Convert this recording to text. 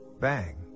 bang